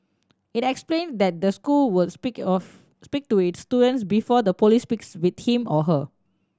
it explained that the school would speak of speak to its student before the police speaks with him or her